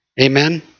Amen